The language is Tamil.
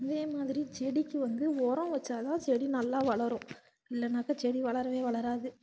அதே மாதிரி செடிக்கு வந்து உரம் வைச்சா தான் செடி நல்லா வளரும் இல்லைன்னாக்கா செடி வளரவே வளராது